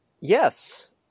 Yes